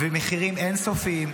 ומחירים אין-סופיים,